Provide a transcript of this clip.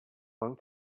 one